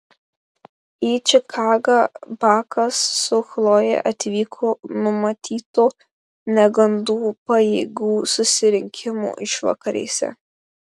į čikagą bakas su chloje atvyko numatyto negandų pajėgų susirinkimo išvakarėse